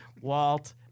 Walt